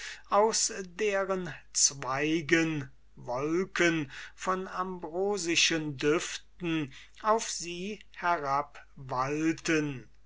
aus deren zweigen wolken von ambrosischen düften auf sie